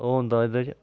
ओह् होंदा एह्दे च